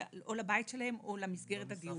או לבית שלהם או למסגרת הדיור.